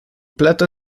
plato